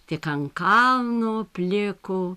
tik ant kalno pliko